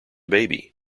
baby